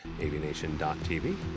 Aviation.tv